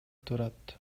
турат